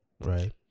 right